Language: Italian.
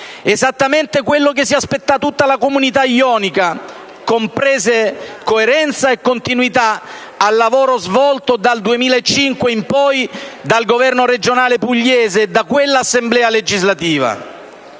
(esattamente quello che si aspetta tutta la comunità ionica), comprese coerenza e continuità con il lavoro svolto dal 2005 in poi dal Governo regionale pugliese e da quella Assemblea legislativa,